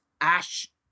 Ash